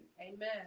Amen